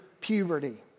puberty